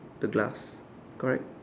the glass correct